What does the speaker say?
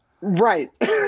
Right